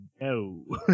No